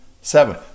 seven